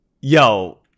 yo